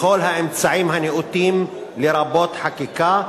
בכל האמצעים הנאותים, לרבות חקיקה,